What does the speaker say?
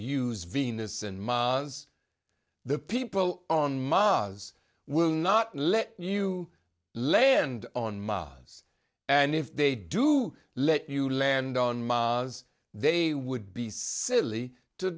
use venus and mons the people on mas will not let you land on mars and if they do let you land on mars they would be silly to